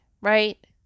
right